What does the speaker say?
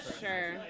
sure